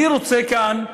אני רוצה כאן,